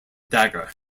dagger